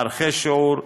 מערכי שיעור,